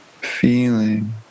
feeling